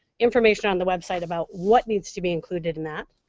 information on the website about what needs to be included in that.